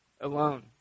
alone